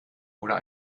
oder